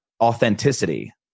authenticity